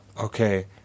okay